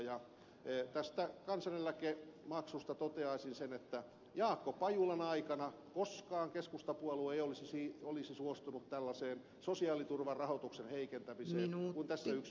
tästä kansaneläkemaksusta toteaisin sen että koskaan jaakko pajulan aikana keskustapuolue ei olisi suostunut tällaiseen sosiaaliturvan rahoituksen heikentämiseen kuin nyt tämä yksi miljardi